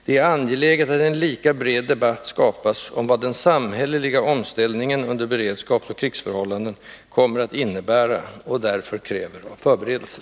Det är angeläget att en lika bred debatt skapas om vad den samhälleliga omställningen under beredskapsoch krigsförhållanden kommer att innebära och därför kräver av förberedelser.